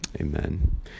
Amen